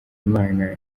imana